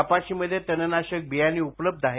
कपाशीमध्ये तणनाशक बियाणे उपलब्ध आहे